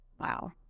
Wow